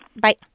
Bye